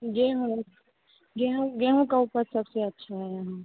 गेहूँ गेहूँ गेहूँ का उपज सबसे अच्छा है यहाँ